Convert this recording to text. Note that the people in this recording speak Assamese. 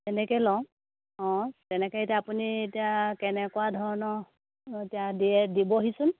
তেনেকৈ লওঁ তেনেকৈ এতিয়া আপুনি এতিয়া কেনেকুৱা ধৰণৰ এতিয়া দিয়ে দিবহিচোন